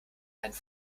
einem